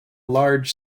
large